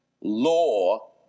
law